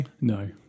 No